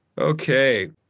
Okay